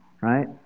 right